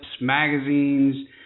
magazines